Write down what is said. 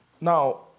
now